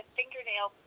fingernail